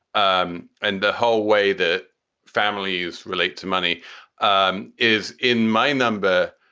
um and the whole way that families relate to money um is in my number,